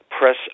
press